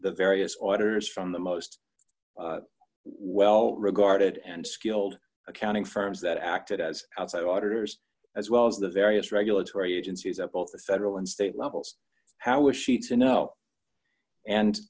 the various authors from the most well regarded and skilled accounting firms that acted as outside auditors as well as the various regulatory agencies at both the federal and state levels how was she to know and